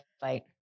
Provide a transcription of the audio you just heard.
fight